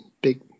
big